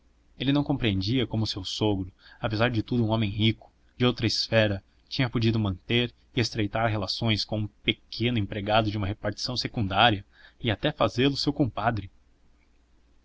ele não compreendia como o seu sogro apesar de tudo um homem rico de outra esfera tinha podido manter e estreitar relações com um pequeno empregado de uma repartição secundária e até fazê-lo seu compadre